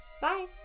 Bye